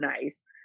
nice